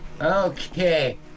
Okay